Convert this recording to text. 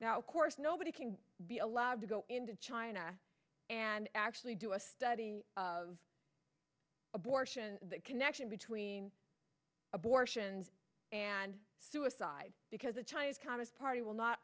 now of course nobody can be allowed to go into china and actually do a study of abortion that connection between abortions and suicide because it why is congress party will not